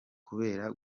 kubera